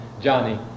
Johnny